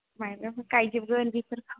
माइब्राबो गायजोबगोन बेफोरखौ